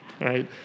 right